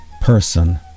person